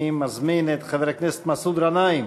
אני מזמין את חבר הכנסת מסעוד גנאים